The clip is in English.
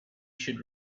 should